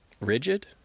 rigid